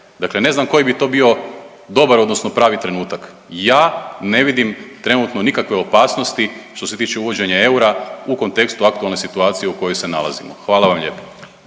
Dakle, ne znam koji bi to bio dobar, odnosno pravi trenutak? Ja ne vidim trenutno nikakve opasnosti što se tiče uvođenja eura u kontekstu aktualne situacije u kojoj se nalazimo. Hvala vam lijepa.